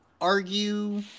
argue